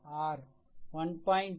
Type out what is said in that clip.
22 x 5